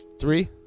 Three